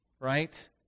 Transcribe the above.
right